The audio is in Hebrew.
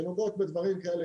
שנוגעות בדברים כאלה,